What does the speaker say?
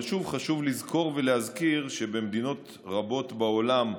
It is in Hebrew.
אבל שוב, חשוב לזכור ולהזכיר שבמדינות רבות בעולם,